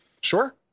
Sure